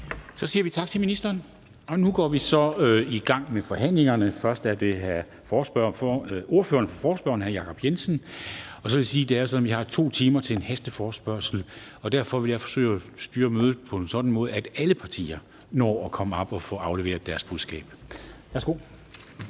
Så siger vi tak til ministeren. Nu går vi så i gang med forhandlingerne, og først er det ordføreren for forespørgerne, hr. Jacob Jensen. Så vil jeg sige, at det er sådan, at vi har 2 timer til en hasteforespørgsel, og derfor vil jeg forsøge at styre mødet på en sådan måde, at alle partier når at komme op at få afleveret deres budskab. Værsgo.